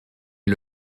est